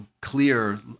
Clear